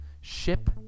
Ship